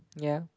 ya